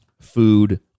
food